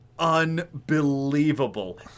unbelievable